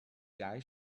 guy